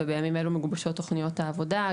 ובימים אלו מגובשות תוכניות העבודה,